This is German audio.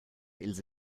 ilse